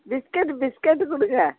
biscuit biscuit கொடுங்க